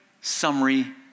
summary